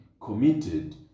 committed